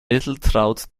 edeltraud